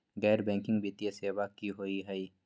गैर बैकिंग वित्तीय सेवा की होअ हई?